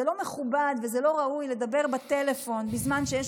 זה לא מכובד ולא ראוי לדבר בטלפון בזמן שיש